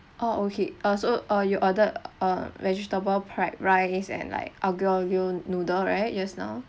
oh okay uh so uh you order a vegetable fried rice and like aglio olio noodle right just now